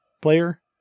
player